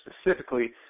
specifically